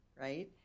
right